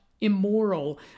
immoral